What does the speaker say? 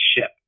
ship